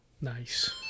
Nice